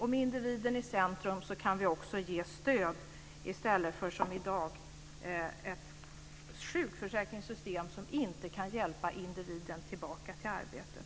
Med individen i centrum kan vi också ge stöd i stället för att som i dag ha ett sjukförsäkringssystem som inte kan hjälpa individen tillbaka till arbetet.